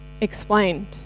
explained